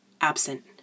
absent